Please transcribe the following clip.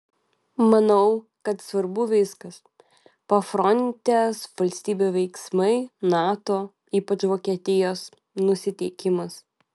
manau kad svarbu viskas pafrontės valstybių veiksmai nato ypač vokietijos nusiteikimas